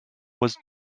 was